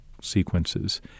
sequences